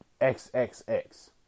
XXX